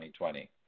2020